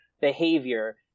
behavior